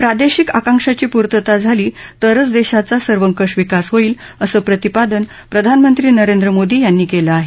प्रादेशिक आकांक्षांची पूर्वता झाली तरच देशाचा सर्वकष विकास होईल असं प्रतिपादन प्रधानमंत्री नरेंद्र मोदी यांनी केलं आहे